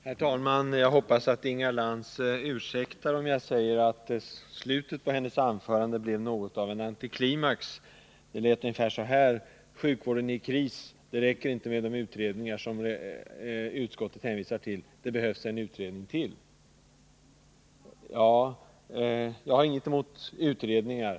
Herr talman! Jag hoppas att Inga Lantz ursäktar om jag säger att slutet på hennes anförande blev något av en antiklimax. Det lät ungefär så här: Sjukvården är i kris. Det räcker inte med de utredningar som utskottet hänvisar till. Det behövs en utredning till! Jag har inget emot utredningar.